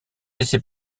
laissez